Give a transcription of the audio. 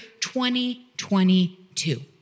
2022